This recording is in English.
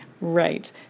Right